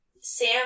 Sam